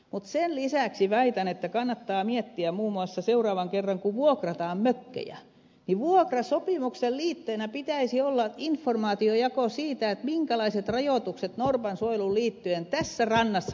mutta sen lisäksi väitän että kannattaa miettiä muun muassa sitä kun seuraavan kerran vuokrataan mökkejä että vuokrasopimuksen liitteenä pitäisi olla informaation jako siitä minkälaiset rajoitukset norpansuojeluun liittyen tässä rannassa on olemassa